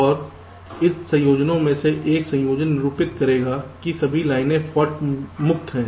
और इस संयोजनों में से एक संयोजन निरूपित करेगा कि सभी लाइने फाल्ट मुक्त हैं